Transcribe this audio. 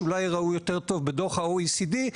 כדי שיראו יותר טוב בדוח ה-OECD,